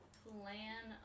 plan